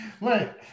right